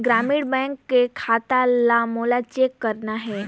ग्रामीण बैंक के खाता ला मोला चेक करना हे?